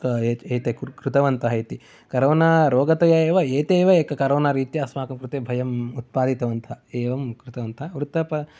एते कृतवन्तः इति करोनारोगतः एव एतेव एक करोनारीत्या अस्माकं कृते भयं उत्पादितवन्तः एवं कृतवन्तः वृत्त